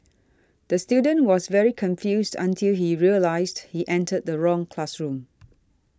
the student was very confused until he realised he entered the wrong classroom